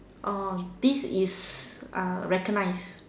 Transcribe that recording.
orh this is uh recognized